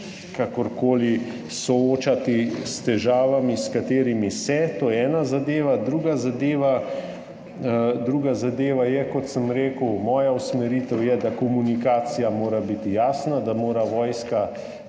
kakorkoli soočati s težavami, s katerimi se. To je ena zadeva. Druga zadeva, kot sem rekel, moja usmeritev je, da komunikacija mora biti jasna, da mora biti vojska